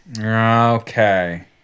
Okay